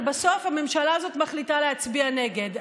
אבל בסוף, הממשלה הזאת מחליטה להצביע נגד.